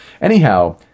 Anyhow